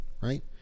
right